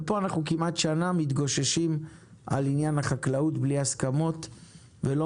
ופה אנחנו כמעט שנה מתגוששים על עניין החקלאות בלי הסכמות ולא